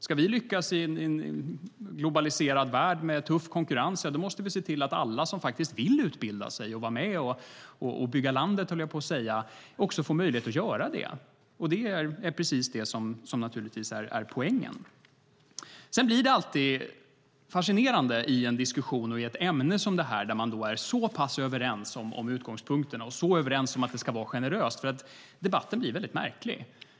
Ska vi lyckas i en globaliserad värld med tuff konkurrens måste vi se till att alla som vill utbilda sig och vara med och bygga landet får möjlighet att göra det. Det är precis det som är poängen. Det är alltid fascinerande med diskussionen i ett ämne som detta, där man är så pass överens om utgångspunkterna och så överens om att det ska vara generöst. Debatten blir väldigt märklig.